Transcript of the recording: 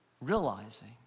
realizing